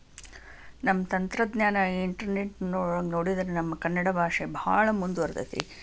ನಮ್ಮ ತಂತ್ರಜ್ಞಾನ ಇಂಟರ್ನೆಟ್ ನೋ ನೋಡಿದರೆ ನಮ್ಮ ಕನ್ನಡ ಭಾಷೆ ಭಾಳ ಮುಂದುವರಿದೈತ್ರಿ